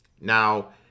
Now